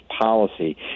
policy